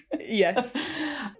yes